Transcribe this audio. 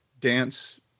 dance